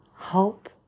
Hope